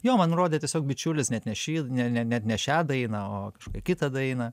jo man nurodė tiesiog bičiulis net ne šį net ne šią dainą o kažkokią kitą dainą